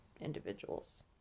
individuals